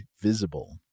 Visible